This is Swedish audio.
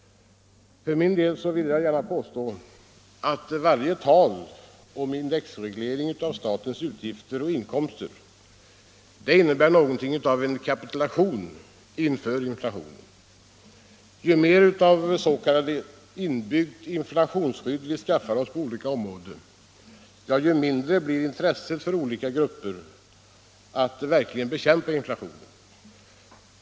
För min del vill jag påstå att varje tal om indexregleringar av statens utgifter och inkomster är något av en kapitulation inför inflationen. Ju mer av s.k. inbyggt inflationsskydd vi skaffar oss på olika områden, desto mindre blir intresset hos olika grupper att verkligen bekämpa inflationen.